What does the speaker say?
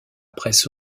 presse